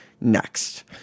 next